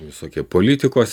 visokie politikos